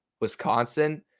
Wisconsin